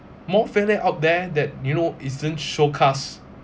more failure out there that you know isn't showcased